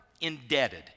indebted